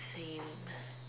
same